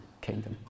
kingdom